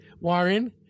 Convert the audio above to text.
Warren